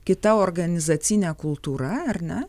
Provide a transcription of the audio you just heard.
kita organizacinė kultūra ar ne